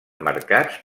marcats